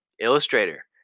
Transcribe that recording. Illustrator